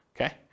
okay